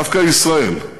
דווקא ישראל,